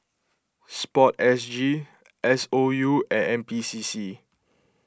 Sport S G S O U and N P C C